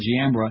Giambra